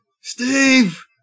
Steve